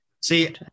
see